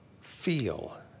feel